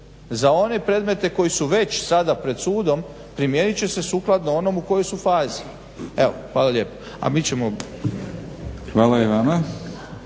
Za one predmete koji su već sada pred sudom primijenit će se sukladno onomu u kojoj su fazi. Hvala lijepo. **Batinić, Milorad